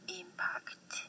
impact